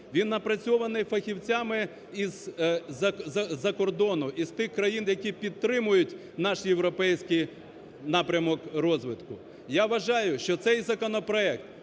він напрацьований фахівцями з-за кордону, із тих країн, які підтримують наш європейський напрямок розвитку. Я вважаю, що цей законопроект